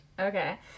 Okay